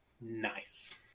Nice